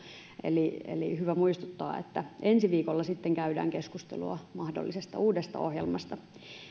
eli eli on hyvä muistuttaa että ensi viikolla sitten käydään keskustelua mahdollisesta uudesta ohjelmasta